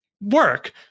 work